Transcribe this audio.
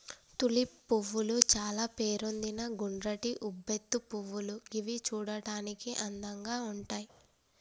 tulip పువ్వులు చాల పేరొందిన గుండ్రటి ఉబ్బెత్తు పువ్వులు గివి చూడడానికి అందంగా ఉంటయ్